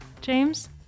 James